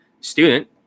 student